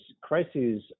crises